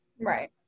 Right